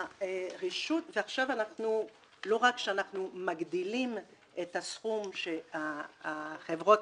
עכשיו לא רק שאנחנו מגדילים את הסכום שהחברות